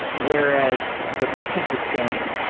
whereas the merchant is saying,